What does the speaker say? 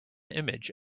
image